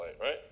right